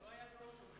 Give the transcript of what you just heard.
זה לא היה באוסלו בכלל.